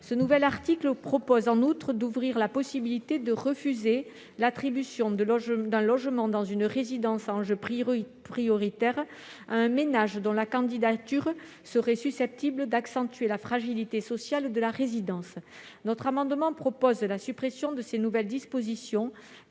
Ce nouvel article ouvre en outre la possibilité de refuser l'attribution d'un logement dans une résidence à enjeu prioritaire à un ménage dont la candidature serait susceptible d'accentuer la fragilité sociale de la résidence. Notre amendement a pour objet de supprimer ces nouvelles dispositions,